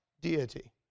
deity